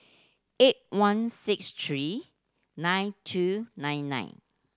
eight one six three nine two nine nine